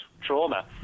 trauma